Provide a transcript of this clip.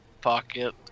pocket